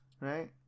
right